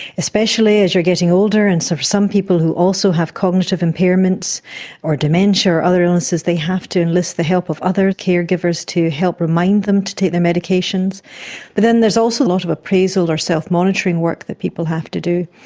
especially as you are getting older, and some some people who also have cognitive impairments or dementia or other illnesses, they have to enlist the help of other caregivers to help remind them to take their medications. but then there's also a lot of appraisal or self-monitoring work that people have to do.